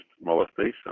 molestation